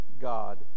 God